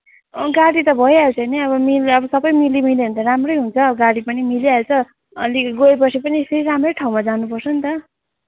गाडी त भइहाल्छ नि अब मिल अब सबै मिली मिल्यो भने त राम्रै हुन्छ गाडी पनि मिलिहाल्छ अलिक गए पछि पनि फेरि राम्रै ठाउँमा जानु पर्छ नि त